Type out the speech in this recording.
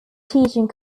teaching